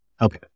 Okay